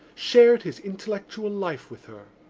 shared his intellectual life with her.